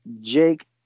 Jake